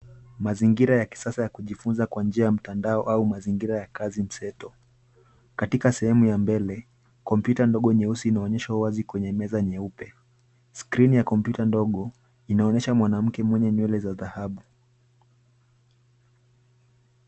Mazingira ya kisasa ya kujifunza kwa njia ya mtandao au mazingira ya kazi mseto. Katika sehemu ya mbele, kompyuta ndogo nyeusi inaonyesha uwazi kwenye meza nyeupe. Skrini ya kompyuta ndogo inaonesha mwanamke mwenye nywele za dhahabu.